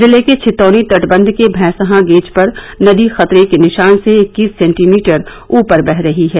जिले के छितौनी तटबंध के भैंसहा गेज पर नदी खतरे के निशान से इक्कीस सेंटीमीटर ऊपर बह रही है